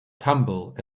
tumble